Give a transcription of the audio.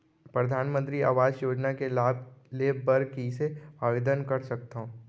परधानमंतरी आवास योजना के लाभ ले बर कइसे आवेदन कर सकथव?